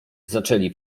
zaczęli